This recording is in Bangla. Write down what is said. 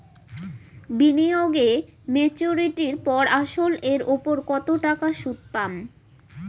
বিনিয়োগ এ মেচুরিটির পর আসল এর উপর কতো টাকা সুদ পাম?